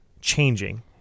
changing